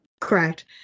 Correct